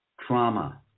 trauma